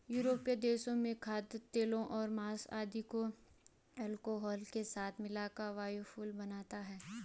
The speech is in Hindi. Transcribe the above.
यूरोपीय देशों में खाद्यतेल और माँस आदि को अल्कोहल के साथ मिलाकर बायोफ्यूल बनता है